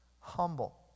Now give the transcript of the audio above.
Humble